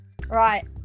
right